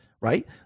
right